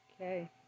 Okay